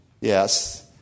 Yes